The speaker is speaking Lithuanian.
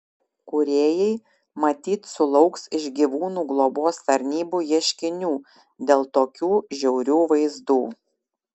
kūrėjai matyt sulauks iš gyvūnų globos tarnybų ieškinių dėl tokių žiaurių vaizdų